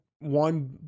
One